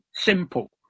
simple